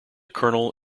colonel